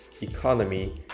economy